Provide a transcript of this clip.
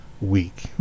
week